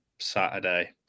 Saturday